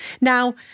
Now